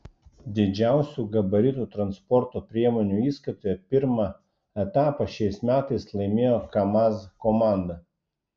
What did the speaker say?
didžiausių gabaritų transporto priemonių įskaitoje pirmą etapą šiais metais laimėjo kamaz komanda